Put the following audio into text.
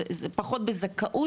זה פחות בזכאות,